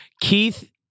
Keith